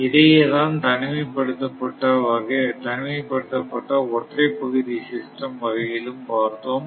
இதையேதான் தனிமை படுத்த பட்ட ஒற்றை பகுதி சிஸ்டம் வகையிலும் பார்த்தோம்